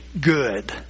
good